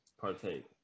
partake